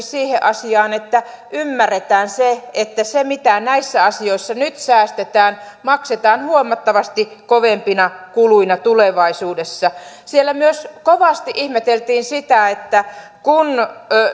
siihen asiaan että ymmärretään se että se mitä näissä asioissa nyt säästetään maksetaan huomattavasti kovempina kuluina tulevaisuudessa siellä myös kovasti ihmeteltiin sitä kun